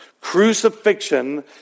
crucifixion